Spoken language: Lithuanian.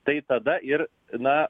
tai tada ir na